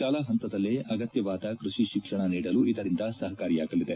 ಶಾಲಾ ಹಂತದಲ್ಲೇ ಅಗತ್ತವಾದ ಕೃಷಿ ಶಿಕ್ಷಣ ನೀಡಲು ಇದರಿಂದ ಸಹಕಾರಿಯಾಗಲಿದೆ